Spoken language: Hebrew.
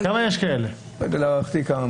במיוחד סביב הרעיון של פסילת חוק של הכנסת.